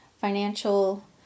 financial